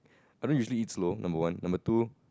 I don't usually eat slow number one number two